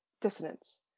dissonance